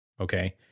okay